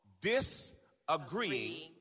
disagreeing